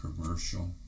commercial